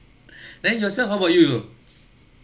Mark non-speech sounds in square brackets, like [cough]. [breath] then yourself how about you